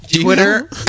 twitter